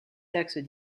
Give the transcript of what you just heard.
taxes